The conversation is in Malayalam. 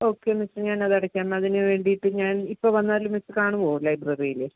ഓക്കെ മിസ് ഞാനത് അടക്കാം അതിന് വേണ്ടീട്ട് ഞാൻ ഇപ്പോൾ വന്നാൽ മിസ് കാണുമോ ലൈബ്രറിയിൽ